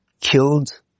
killed